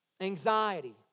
Anxiety